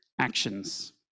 actions